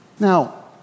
Now